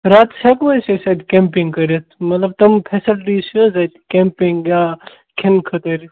راتَس ہٮ۪کوٕ أسۍ أسۍ اَتہِ کٮ۪مپِنٛگ کٔرِتھ مطلب تِم فیسلٹیٖز چھِ حظ اَتہِ کٮ۪مپِنٛگ یا کھٮ۪ن خٲطر